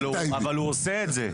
אבל הוא עושה את זה.